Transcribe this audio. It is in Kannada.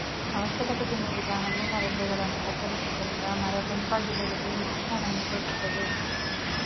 ಅವಶ್ಯಕತೆಗೆ ಮೀರಿದ ಹಣ್ಣಿನ ರಂಬೆಗಳನ್ನು ಕತ್ತರಿಸುವುದರಿಂದ ಮರ ಸೊಂಪಾಗಿ ಬೆಳೆದು ಹೆಚ್ಚಿನ ಹಣ್ಣು ಕೊಡುತ್ತದೆ